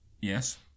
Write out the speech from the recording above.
Yes